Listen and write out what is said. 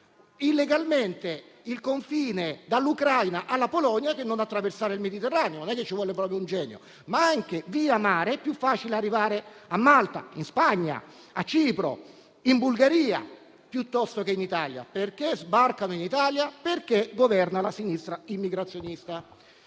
illegalmente il confine dall'Ucraina alla Polonia, che non attraversare il Mediterraneo: non è che ci vuole proprio un genio per capirlo. Anche via mare è più facile arrivare a Malta, in Spagna, a Cipro o in Bulgaria piuttosto che in Italia. Perché sbarcano in Italia? Perché governa la sinistra immigrazionista!